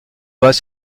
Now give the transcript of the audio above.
bas